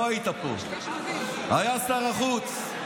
לא היית פה: מר לפיד היה שר החוץ,